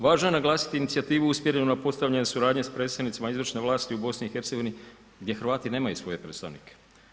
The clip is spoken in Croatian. Važno je naglasiti inicijativu usmjerenu na postavljenu suradnju sa predstavnicima izvrne vlasti u BiH-u gdje Hrvati nemaju svoje predstavnike.